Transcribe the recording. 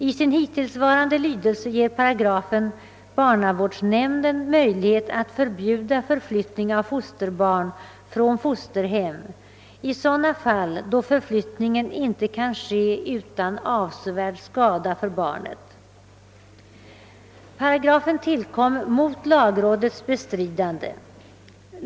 I sin hittillsvarande lydelse ger paragrafen barnavårdsnämnden möjlighet att förbjuda förflyttning av fosterbarn från fosterhem i sådana fall då förflyttning inte kan ske utan avsevärd skada för barnet. Paragrafen tillkom mot lagrådets bestridande.